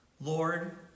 Lord